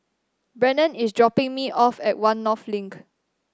Brennen is dropping me off at One North Link